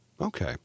Okay